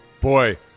boy